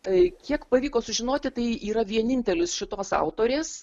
tai kiek pavyko sužinoti tai yra vienintelis šitos autorės